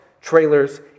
trailers